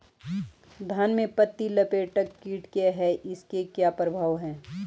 धान में पत्ती लपेटक कीट क्या है इसके क्या प्रभाव हैं?